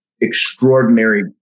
extraordinary